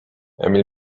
emil